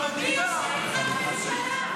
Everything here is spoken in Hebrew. מי יושב איתך בממשלה?